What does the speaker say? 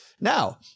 Now